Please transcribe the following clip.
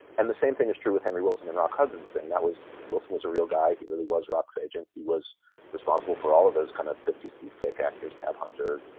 and the same thing is true with henry wilson and rock hudson saying that was wilson was a real guy. he really was rock's agent. he was responsible for all of those kind of fifty s bisquick actors, tab hunter,